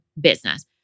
business